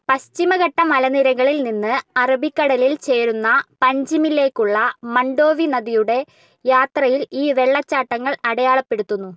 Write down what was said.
പശ്ചിമഘട്ട മലനിരകളിൽ നിന്ന് അറബിക്കടലിൽ ചേരുന്ന പൻജിമിലേക്കുള്ള മണ്ഡോവി നദിയുടെ യാത്രയിൽ ഈ വെള്ളച്ചാട്ടങ്ങൾ അടയാളപ്പെടുത്തുന്നു